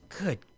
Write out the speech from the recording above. Good